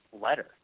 letter